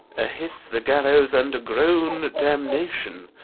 a hiss the gallows, and a groan damnation!